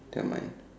never mind